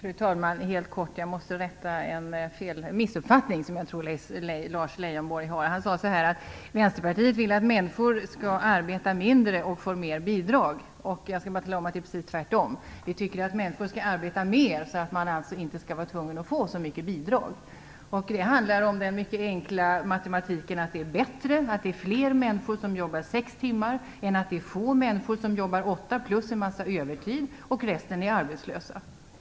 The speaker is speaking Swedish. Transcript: Fru talman! Jag måste rätta till när det gäller en, som jag tror, missuppfattning hos Lars Leijonborg. Han sade: Vänsterpartiet vill att människor skall arbeta mindre och få mera bidrag. Men det är precis tvärtom. Vi tycker att människor skall arbeta mera, så att man inte är tvungen att få så mycket bidrag. Det handlar om mycket enkel matematik: Det är bättre att fler människor jobbar sex timmar än att få människor jobbar åtta timmar plus en massa övertid, medan resten är arbetslösa.